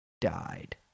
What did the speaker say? died